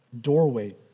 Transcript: doorway